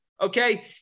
Okay